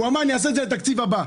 הוא אמר אני אעשה את זה בתקציב הבא.